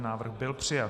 Návrh byl přijat.